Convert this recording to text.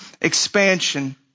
expansion